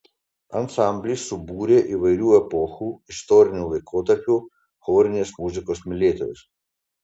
ansamblis subūrė įvairių epochų istorinių laikotarpių chorinės muzikos mylėtojus